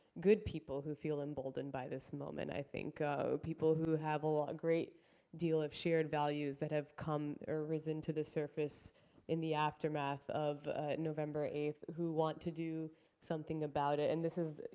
good people, who feel emboldened by this moment. i think people who have a ah great deal of shared values that have come or risen to the surface in the aftermath of november eighth who want to do something about it and this is